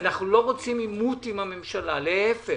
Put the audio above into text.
אנחנו לא רוצים עימות עם הממשלה להפך.